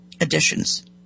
additions